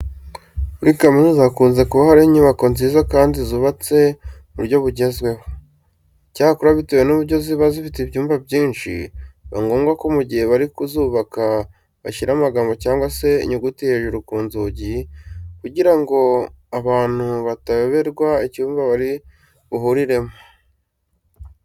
Muri kaminuza hakunze kuba hari inyubako nziza kandi zubatswe mu buryo bugezweho. Icyakora bitewe n'uburyo ziba zifite ibyumba byinshi, biba ngombwa ko mu gihe bari kuzubaka bashyira amagambo cyangwa se inyuguti hejuru ku nzugi kugira ngo abantu batayoberwa icyumba bari buhuriremo.